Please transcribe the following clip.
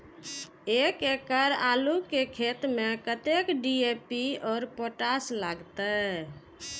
एक एकड़ आलू के खेत में कतेक डी.ए.पी और पोटाश लागते?